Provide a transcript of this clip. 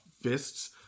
fists